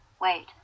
wait